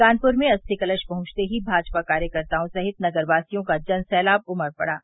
कानपुर में अस्थि कलश पहुंचते ही भाजपा कार्यकर्ताओं सहित नगरवासियों का जनसैलाब उमड़ पड़ा